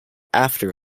after